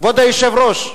כבוד היושב-ראש,